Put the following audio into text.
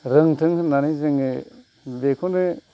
रोंथों होननानै जोङो बेखौनो